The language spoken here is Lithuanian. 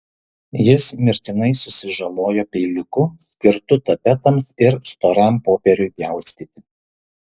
jis mirtinai susižalojo peiliuku skirtu tapetams ir storam popieriui pjaustyti